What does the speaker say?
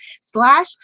slash